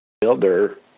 builder